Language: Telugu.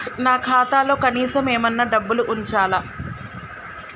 నా ఖాతాలో కనీసం ఏమన్నా డబ్బులు ఉంచాలా?